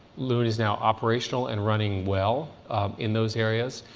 loon is now operational and running well in those areas.